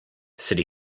city